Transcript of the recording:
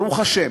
ברוך השם,